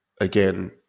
again